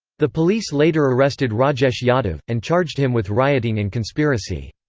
the police later arrested rajesh yadav, and charged him with rioting and conspiracy.